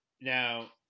Now